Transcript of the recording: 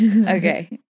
Okay